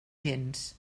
gens